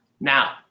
Now